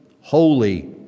holy